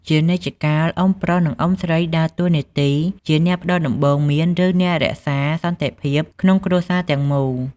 ជានិច្ចជាកាល អ៊ុំប្រុស និងអ៊ុំស្រីដើរតួនាទីជាអ្នកផ្តល់ដំបូន្មាន ឬអ្នករក្សាសន្តិភាពក្នុងគ្រួសារទាំងមូល។